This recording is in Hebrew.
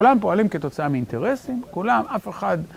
כולם פועלים כתוצאה מאינטרסים, כולם, אף אחד...